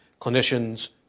clinicians